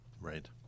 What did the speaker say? Right